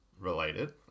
Related